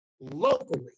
locally